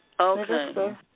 Okay